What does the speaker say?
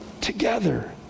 Together